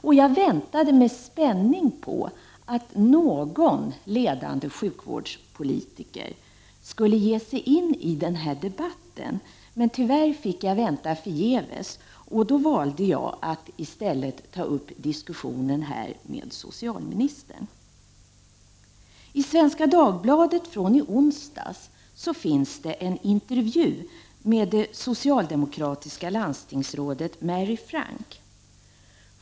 Och jag väntade med spänning på att någon ledande sjukvårdspolitiker skulle ge sig in i den här debatten, men tyvärr fick jag vänta förgäves. Därför har jag valt att i stället ta upp diskussionen här med socialministern. I Svenska Dagbladet från i onsdags finns en intervju med det socialdemokratiska landstingsrådet Mary Frank.